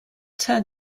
turn